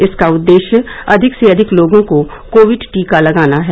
इसका उद्देश्य अधिक से अधिक लोगों को कोविड टीका लगाना है